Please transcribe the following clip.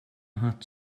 hat